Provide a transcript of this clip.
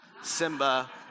Simba